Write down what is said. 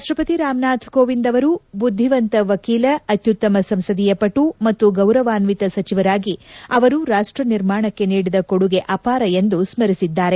ರಾಷ್ಟಸತಿ ರಾಮನಾಥ್ ಕೋವಿಂದ್ ಅವರು ಬುದ್ಧಿವಂತ ವಕೀಲ ಅತ್ಟುತ್ತಮ ಸಂಸದೀಯ ಪಟು ಮತ್ತು ಗೌರವಾನ್ವಿತ ಸಚಿವರಾಗಿ ಅವರು ರಾಷ್ಟ ನಿರ್ಮಾಣಕ್ಕೆ ನೀಡಿದ ಕೊಡುಗೆ ಅಪಾರ ಎಂದು ಸ್ಥರಿಸಿದ್ದಾರೆ